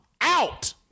Out